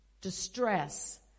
distress